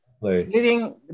living